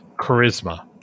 Charisma